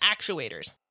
actuators